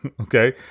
okay